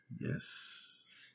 Yes